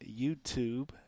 YouTube